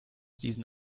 diesen